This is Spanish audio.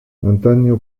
antaño